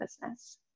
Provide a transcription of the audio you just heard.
business